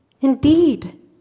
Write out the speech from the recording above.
Indeed